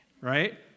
Right